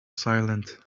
silent